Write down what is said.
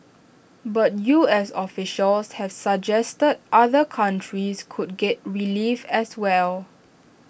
but U S officials have suggested other countries could get relief as well